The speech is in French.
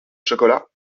chocolat